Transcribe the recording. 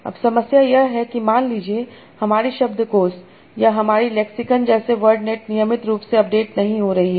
अब समस्या यह है कि मान लीजिये हमारी शब्दकोष या हमारी लेक्सिकन जैसे वर्ड नेट नियमित रूप से अपडेट नहीं हो रही है